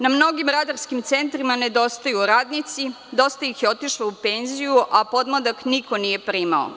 Na mnogim radarskim centrima nedostaju radnici, dosta ih je otišlo u penziju, a podmladak niko nije primao.